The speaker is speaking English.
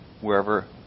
wherever